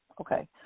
Okay